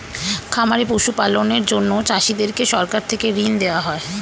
খামারে পশু পালনের জন্য চাষীদেরকে সরকার থেকে ঋণ দেওয়া হয়